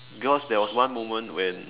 because there was one moment when